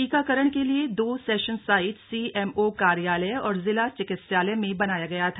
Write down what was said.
टीकाकरण के लिए दो सेशन साइट सीएमओ कार्यालय और जिला चिकित्सालय में बनाया गया था